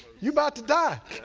you're about to die.